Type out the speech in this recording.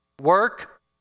Work